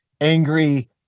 angry